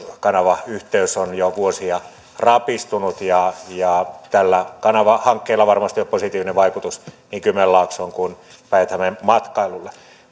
kanavayhteys on jo vuosia rapistunut tällä kanavahankkeella varmasti on positiivinen vaikutus niin kymenlaakson kuin päijät hämeen matkailulle